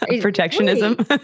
protectionism